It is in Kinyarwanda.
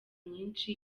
myinshi